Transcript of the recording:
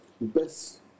best